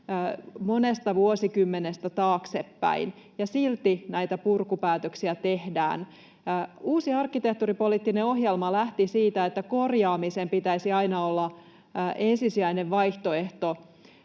monesta vuosikymmenestä taaksepäin, ja silti näitä purkupäätöksiä tehdään. Uusi arkkitehtuuripoliittinen ohjelma lähti siitä, että korjaamisen pitäisi aina olla ensisijainen vaihtoehto.